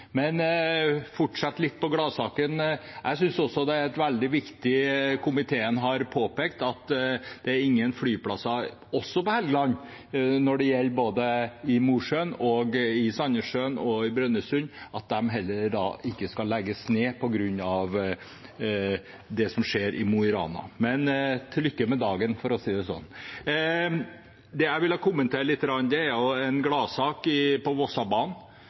Men jeg skal fortsette litt på gladsaken. Jeg synes også det er veldig viktig det komiteen har påpekt, at det er ingen flyplasser på Helgeland – det gjelder både Mosjøen, Sandnessjøen og Brønnøysund – som skal legges ned på grunn av det som skjer i Mo i Rana. Men til lykke med dagen, for å si det sånn! Det jeg ville kommentere litt, er en gladsak på